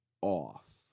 off